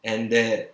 and that